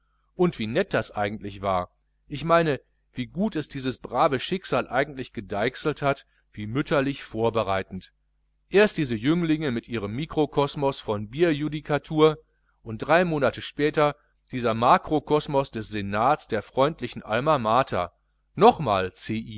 und wie nett das eigentlich war ich meine wie gut es dieses brave schicksal eigentlich gedeichselt hat wie mütterlich vorbereitend erst diese jünglinge mit ihrem mikrokosmos von bierjudikatur und drei monate später dieser makrokosmos des senats der freundlichen alma mater nochmal